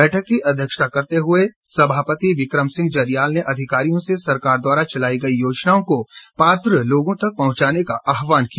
बैठक की अध्यक्षता करते हुए सभापति बिकम सिंह जरयाल ने अधिकरियों से सरकार द्वारा चलाई गई योजनाओं को पात्र लोगों तक पहुंचाने का आहवान किया